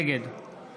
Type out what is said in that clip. נגד